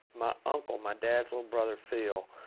my uncle, my dad's little brother, phil,